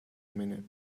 minute